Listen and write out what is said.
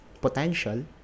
potential